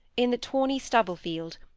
in the tawny stubble-field,